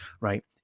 right